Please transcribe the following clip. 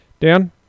Dan